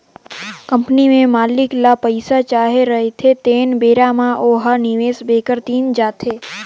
company में मालिक ल पइसा चाही रहथें तेन बेरा म ओ ह निवेस बेंकर तीर जाथे